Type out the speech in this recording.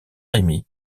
rémy